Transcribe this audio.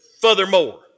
furthermore